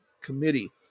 Committee